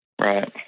Right